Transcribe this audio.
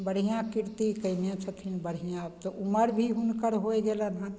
बढ़िआँ कीर्ति कयने छथिन बढ़िआँ आब तऽ उमर भी हुनकर होइ गेलय हँ